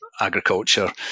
agriculture